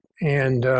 and